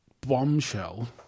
bombshell